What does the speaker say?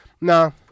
No